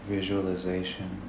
visualization